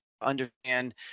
understand